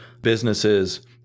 businesses